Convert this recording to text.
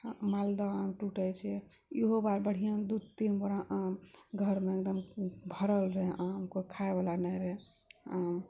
मालदह आम टूटै छै इहो बार बढ़िआँ दू तीन बोरा आम घरमे भरल रहे आम कोइ खायवला नहि रहे आम